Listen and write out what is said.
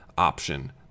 option